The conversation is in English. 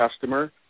customer